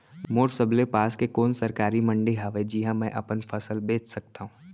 मोर सबले पास के कोन सरकारी मंडी हावे जिहां मैं अपन फसल बेच सकथव?